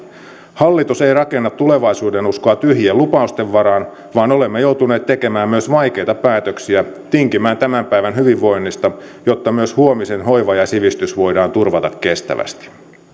hallitus ei rakenna tulevaisuudenuskoa tyhjien lupausten varaan vaan olemme joutuneet tekemään myös vaikeita päätöksiä tinkimään tämän päivän hyvinvoinnista jotta myös huomisen hoiva ja sivistys voidaan turvata kestävästi